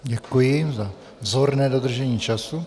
Děkuji za vzorné dodržení času.